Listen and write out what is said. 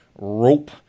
rope